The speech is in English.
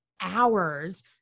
hours